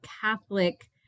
catholic